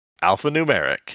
alphanumeric